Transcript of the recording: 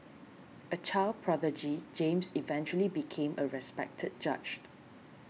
a child prodigy James eventually became a respected judge